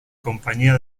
compañía